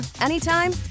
anytime